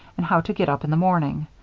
and how to get up in the morning.